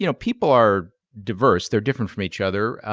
you know people are diverse, they're different from each other.